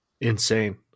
insane